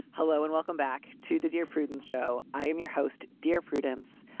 hello and welcome back to the dear prudence show. i am your host, dear prudence.